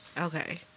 okay